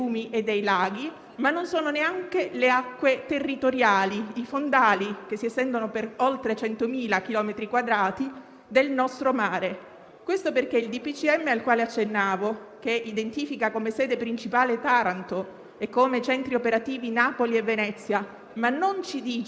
nostro mare). Il DPCM al quale accennavo, che identifica come sede principale Taranto e come centri operativi Napoli e Venezia, non ci dice però quali siano fisicamente queste sedi, né ci dice nulla del personale e dei mezzi operativi, e infatti, a oggi, la Soprintendenza